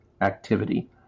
activity